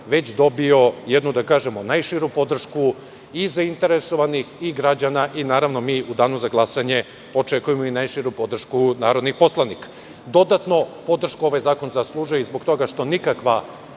već dobio jednu najširu podršku i zainteresovanih i građana. Naravno, mi u danu za glasanje očekujemo i najširu podršku narodnih poslanika. Dodatnu podršku ovaj zakon zaslužuje i zbog toga što nikakva